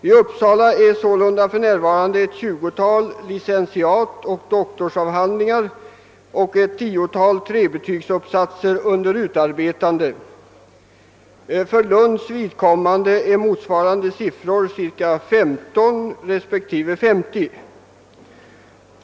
I Uppsala är sålunda för närvarande ett 20-tal licentiatoch doktorsavhandlingar och ett 10-tal trebetygsuppsatser under utarbetande. För Lunds vidkommande är motsvarande siffror 15 respektive 50.